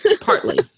Partly